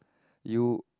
you